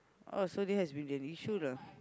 oh so there has been an issue lah